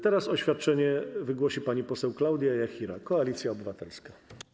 Teraz oświadczenie wygłosi pani poseł Klaudia Jachira, Koalicja Obywatelska.